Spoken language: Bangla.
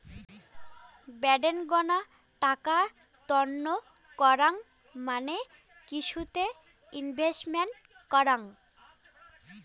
বাডেনগ্না টাকা তন্ন করাং মানে কিছুতে ইনভেস্ট করাং